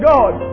God